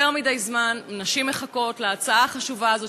יותר מדי זמן נשים מחכות להצעה החשובה הזאת,